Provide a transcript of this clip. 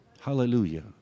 Hallelujah